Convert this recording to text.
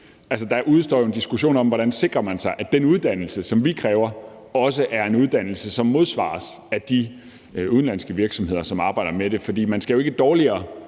der udestår en diskussion om, hvordan man sikrer sig, at den uddannelse, som vi kræver, også er en uddannelse, som modsvares af de udenlandske virksomheder, som arbejder med det, for man skal jo ikke beskyttes